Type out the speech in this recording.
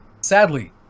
sadly